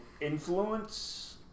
influence